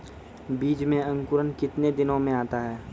बीज मे अंकुरण कितने दिनों मे आता हैं?